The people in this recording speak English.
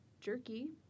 jerky